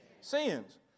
sins